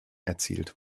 erzielt